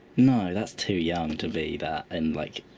no, that's too young to be that and, like,